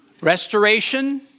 Restoration